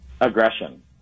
aggression